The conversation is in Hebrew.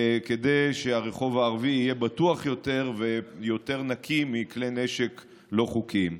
כדי שהרחוב הערבי יהיה בטוח יותר ויותר נקי מכלי נשק לא חוקיים.